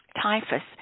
typhus